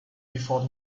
before